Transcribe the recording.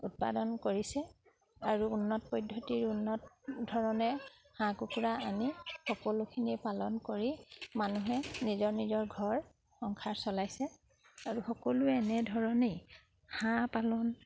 উৎপাদন কৰিছে আৰু উন্নত পদ্ধতিৰ উন্নত ধৰণে হাঁহ কুকুৰা আনি সকলোখিনি পালন কৰি মানুহে নিজৰ নিজৰ ঘৰ সংসাৰ চলাইছে আৰু সকলোৱে এনেধৰণেই হাঁহ পালন